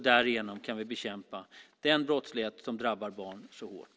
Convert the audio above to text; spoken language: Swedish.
Därigenom kan vi bekämpa den brottslighet som drabbar barn så hårt.